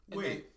Wait